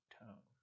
tone